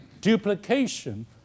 duplication